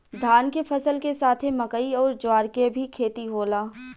धान के फसल के साथे मकई अउर ज्वार के भी खेती होला